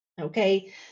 okay